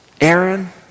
Aaron